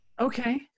Okay